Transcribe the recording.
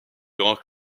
grands